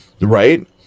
Right